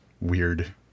weird